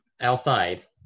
outside